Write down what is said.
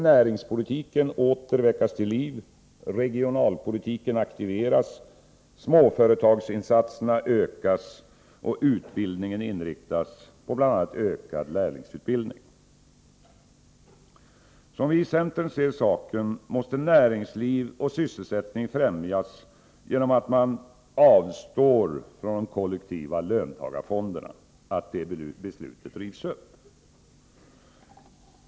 Näringspolitiken måste åter väckas till liv, regionalpolitiken aktiveras, småföretagsinsatserna ökas och utbildningen inriktas på bl.a. ökad lärlingsutbildning. Som vi i centern ser saken måste näringsliv och sysselsättning främjas genom att man avstår från de kollektiva löntagarfonderna, dvs. att detta beslut rivs upp.